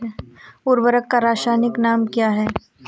उर्वरक का रासायनिक नाम क्या है?